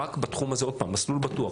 רק בתחום הזה "מסלול בטוח",